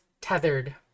tethered